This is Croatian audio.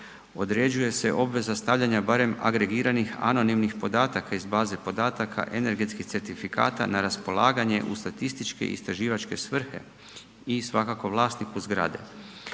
Određuje se obveza stavljanja barem agregiranih anonimnih podatka iz baze podataka energetskih certifikata na raspolaganje u statističke i istraživačke svrhe i svakako vlasniku zgrade.